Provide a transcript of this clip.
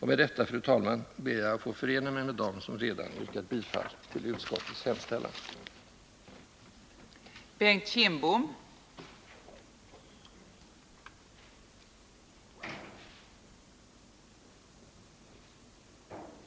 Med detta, fru talman, ber jag att få förena mig med dem som redan yrkat att utskottets granskningsbetänkande med gillande skall läggas till handlingarna.